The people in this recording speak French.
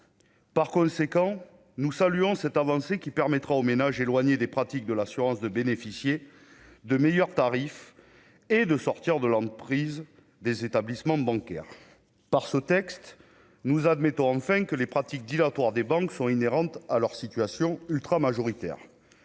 par conséquent, nous saluons cette avancée qui permettra aux ménages éloignée des pratiques de l'assurance de bénéficier de meilleurs tarifs et de sortir de l'emprise des établissements bancaires par ce texte, nous admettons enfin que les pratiques dilatoires des banques sont inhérentes à leur situation, ultra-majoritaire